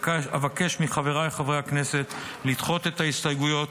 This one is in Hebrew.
אבקש מחבריי חברי הכנסת לדחות את ההסתייגויות,